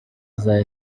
izaba